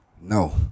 No